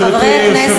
גברתי היושבת-ראש,